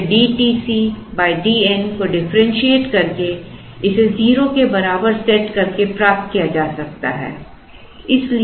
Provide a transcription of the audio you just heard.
तो इसे d TC d n को डिफरेंशिएट करके इसे 0 के बराबर सेट करके प्राप्त किया जा सकता है